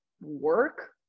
work